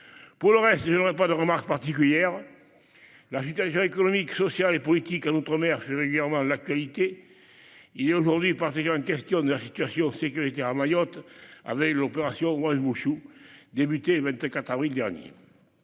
Pour le reste, je n'aurai pas de remarque particulière. La situation économique, sociale et politique en outre-mer fait régulièrement l'actualité. Il est aujourd'hui particulièrement question de la situation sécuritaire à Mayotte, avec l'opération Wuambushu, déclenchée le 24 avril dernier.